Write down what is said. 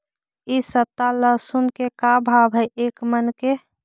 इ सप्ताह लहसुन के का भाव है एक मन के?